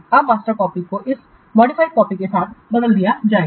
अब master copy को इस मॉडिफाइड कॉपी के साथ बदल दिया जाएगा